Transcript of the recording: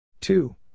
two